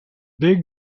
big